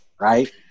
right